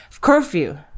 Curfew